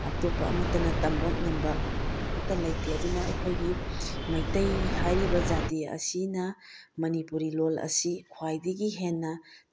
ꯑꯇꯣꯞꯄ ꯑꯃꯠꯇꯅ ꯇꯝꯕ ꯉꯝꯕ ꯑꯃꯇ ꯂꯩꯇꯦ ꯑꯗꯨꯅ ꯑꯩꯈꯣꯏꯒꯤ ꯃꯩꯇꯩ ꯍꯥꯏꯔꯤꯕ ꯖꯥꯇꯤ ꯑꯁꯤꯅ ꯃꯅꯤꯄꯨꯔꯤ ꯂꯣꯜ ꯑꯁꯤ ꯈ꯭ꯋꯥꯏꯗꯒꯤ ꯍꯦꯟꯅ